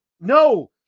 no